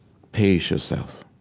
pace yourself,